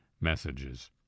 messages